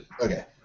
okay